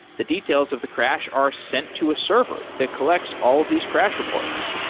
the details of the crash are sent to a server that collects all of these crash reports.